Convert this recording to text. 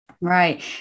Right